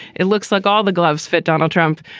it looks like all the gloves fit donald trump.